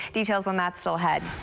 details on that still ahead.